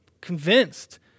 convinced